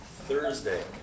Thursday